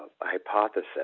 hypothesis